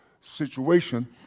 situation